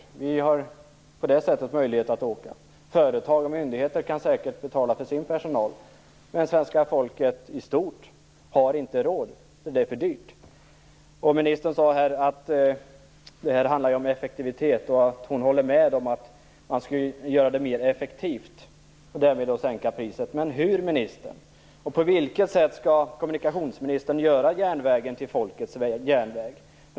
På det sätter har vi möjlighet att åka. Företag och myndigheter kan säkert betala för sin personal. Men svenska folket i stort har inte råd. Det är för dyrt. Ministern sade att det handlar om effektivitet och att hon håller med om att man skall göra det mer effektivt och därigenom sänka priset. Men hur, ministern? På vilket sätt skall kommunikationsministern göra järnvägen till folkets järnväg?